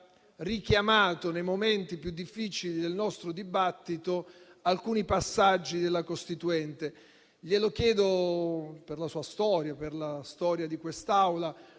richiamato, nei momenti più difficili del nostro dibattito, alcuni passaggi della Costituente. Glielo chiedo per la sua storia, per la storia di quest'Assemblea: